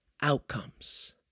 outcomes